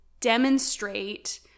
demonstrate